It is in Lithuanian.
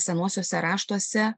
senuosiuose raštuose